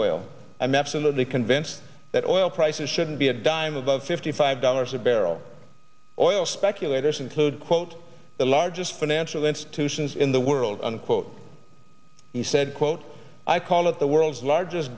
oil i'm absolutely convinced that oil prices shouldn't be a dime above fifty five dollars a barrel oil speculators include quote the largest financial institutions in the world unquote he said quote i call it the world's largest